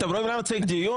אתם רואים למה צריך דיון?